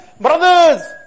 Brothers